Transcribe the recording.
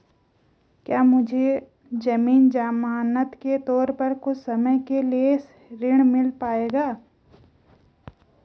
क्या मुझे ज़मीन ज़मानत के तौर पर कुछ समय के लिए ऋण मिल पाएगा?